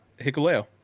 Hikuleo